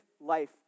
life